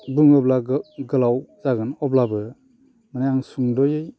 बुङोब्ला गोलाव जागोन अब्लाबो माने आं सुंद'यै